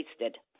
wasted